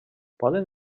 poden